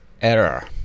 error